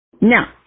Now